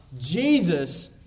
Jesus